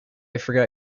forgot